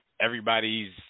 everybody's